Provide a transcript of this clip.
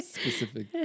specific